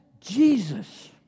Jesus